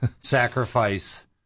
sacrifice